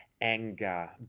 anger